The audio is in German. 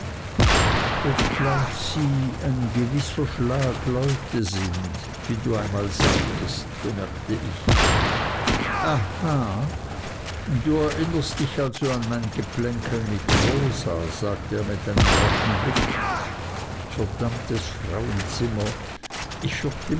obgleich sie ein gewisser schlag leute sind wie du einmal sagtest bemerkte ich aha du erinnerst dich also an mein geplänkel mit rosa sagte er mit einem raschen blick verdammtes frauenzimmer ich